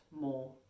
more